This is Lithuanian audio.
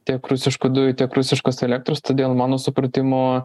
tiek rusiškų dujų tiek rusiškos elektros todėl mano supratimu